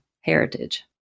heritage